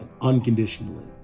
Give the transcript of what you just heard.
unconditionally